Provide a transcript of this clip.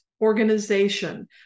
organization